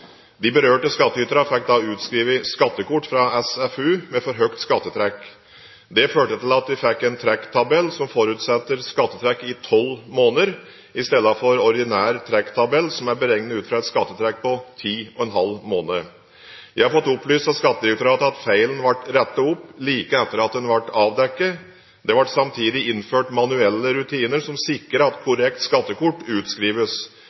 med for høyt skattetrekk. Dette førte til at de fikk en trekktabell som forutsetter skattetrekk i tolv måneder, i stedet for en ordinær trekktabell som er beregnet ut fra et skattetrekk på 10,5 måned. Jeg har fått opplyst av Skattedirektoratet at feilen ble rettet opp like etter at den ble avdekket. Det ble samtidig innført manuelle rutiner som sikrer at korrekt skattekort utskrives.